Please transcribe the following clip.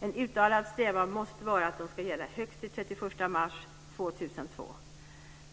En uttalad strävan måste vara att de ska gälla längst till den 31 mars 2002.